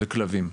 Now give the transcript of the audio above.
וכלבים.